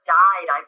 died